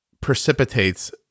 precipitates